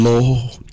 Lord